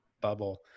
bubble